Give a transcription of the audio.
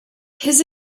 his